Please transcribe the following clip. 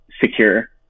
secure